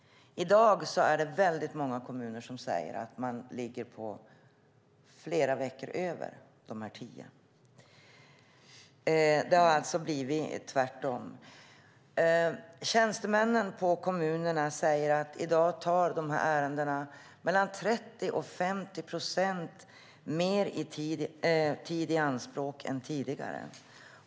I dag är det många kommuner som säger att de ligger flera veckor över de här tio. Det har alltså blivit tvärtom. Tjänstemännen på kommunerna säger att de här ärendena i dag tar mellan 30 och 50 procent mer tid i anspråk än tidigare.